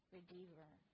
Redeemer